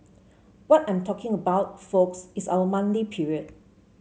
what I'm talking about folks is our monthly period